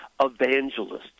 evangelists